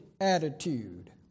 attitude